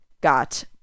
got